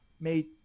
made